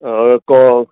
को